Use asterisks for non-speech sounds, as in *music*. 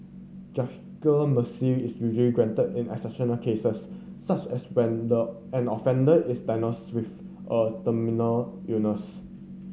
*unintelligible* mercy is usually granted in exceptional cases such as when the an offender is diagnosed with a terminal illness